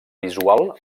visual